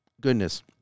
goodness